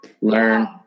learn